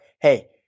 hey